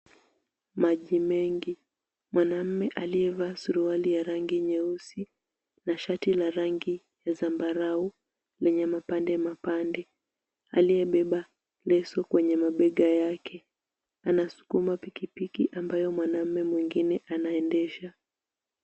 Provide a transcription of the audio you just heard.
Maji mengi, mwanaume aliyevaa suruali ya rangi nyeusei, na shati ya rangi ya zambarau, lenye mapande mapande aliyebeba leso kwenye mabega yake, anasukuma pikipiki ambaye mwanaume mwingine anaendesha.